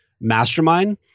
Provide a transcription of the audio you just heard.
mastermind